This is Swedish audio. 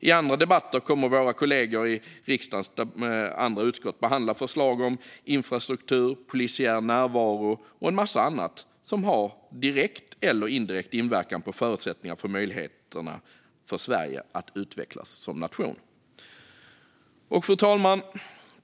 I andra debatter kommer våra kollegor i riksdagens andra utskott att behandla förslag om infrastruktur, polisiär närvaro och en massa annat som har direkt eller indirekt inverkan på förutsättningarna för Sverige att utvecklas som nation. Fru talman!